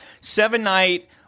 seven-night